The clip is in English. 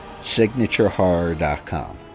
Signaturehorror.com